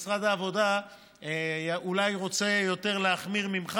משרד העבודה רוצה אולי יותר ממך להחמיר,